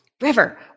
River